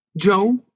Joe